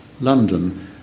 London